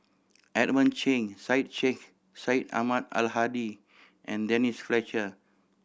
Edmund Cheng Syed Sheikh Syed Ahmad Al Hadi and Denise Fletcher